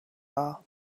are